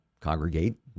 congregate